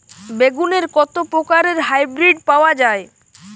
বেগুনের কত প্রকারের হাইব্রীড পাওয়া যায়?